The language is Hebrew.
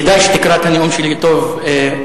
כדאי שתקרא את הנאום שלי בלוב טוב,